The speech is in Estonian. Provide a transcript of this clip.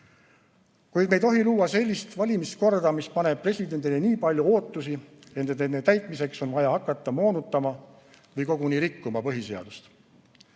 Kuid me ei tohi luua sellist valimiskorda, mis paneb presidendile nii palju ootusi, et nende täitmiseks on vaja hakata moonutama või koguni rikkuma põhiseadust.